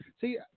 See